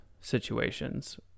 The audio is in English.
situations